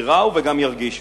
ייראו וגם ירגישו.